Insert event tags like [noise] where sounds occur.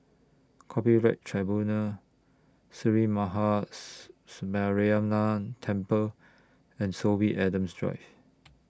Copyright Tribunal Sree Maha [unintelligible] Mariamman Temple and Sorby Adams Drive